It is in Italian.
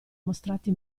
mostrati